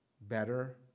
better